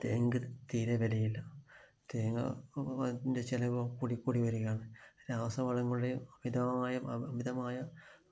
തേങ്ങക്ക് തീരെ വിലയില്ല തേങ്ങ അതിൻ്റെ ചിലവ് കൂടി കൂടി വരികയാണ് രാസവളങ്ങളുടെ അമിതമായ അമിതമായ